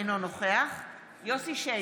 אינו נוכח יוסף שיין,